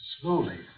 Slowly